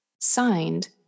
Signed